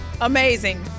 Amazing